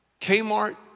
Kmart